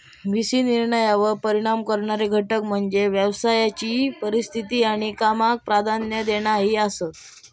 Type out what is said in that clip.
V C निर्णयांवर परिणाम करणारे घटक म्हणजे व्यवसायाची परिस्थिती आणि कामाक प्राधान्य देणा ही आसात